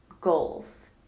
goals